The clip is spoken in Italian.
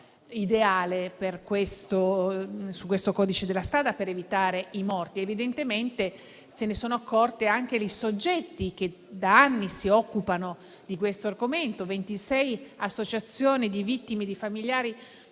ideale in questo codice della strada per evitare i morti. Evidentemente se ne sono accorti anche i soggetti che da anni si occupano di questo argomento: ventisei associazioni di familiari